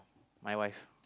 my wife